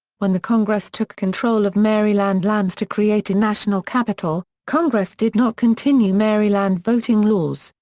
when the congress took control of maryland lands to create a national capital, congress did not continue maryland voting laws,